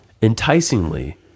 enticingly